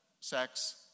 sex